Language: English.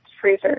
freezer